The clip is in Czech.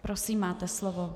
Prosím, máte slovo.